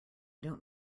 don’t